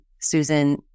Susan